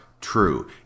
true